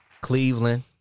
Cleveland